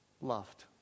loved